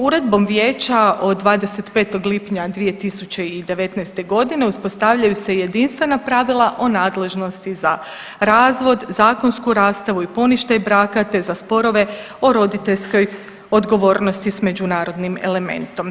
Uredbom Vijeća od 25. lipnja 2019. godine uspostavljaju se jedinstvena pravila o nadležnosti za razvod, zakonsku rastavu i poništaj braka, te za sporove o roditeljskoj odgovornosti sa međunarodnim elementom.